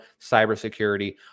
cybersecurity